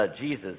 Jesus